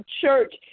church